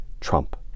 Trump